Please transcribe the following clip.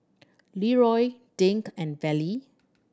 Leeroy Dink and Levy